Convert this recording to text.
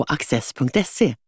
Access.se